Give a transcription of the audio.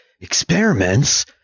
experiments